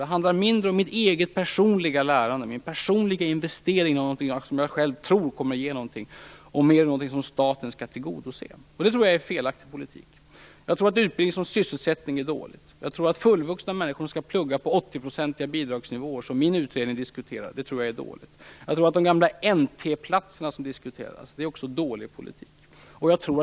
Det handlar mindre om mitt eget personliga lärande, om min personliga investering i någonting som jag själv tror kommer att ge något, och mer om något som staten skall tillgodose. Detta tror jag är en felaktig politik. Jag tror att utbildning som sysselsättning är dåligt. Att fullvuxna människor skall plugga med 80-procentiga bidrag, vilket diskuteras i min utredning, tror jag är dåligt. Jag tror att de gamla NT-platserna som diskuteras också är dålig politik.